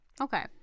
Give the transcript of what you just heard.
Okay